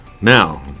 now